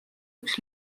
üks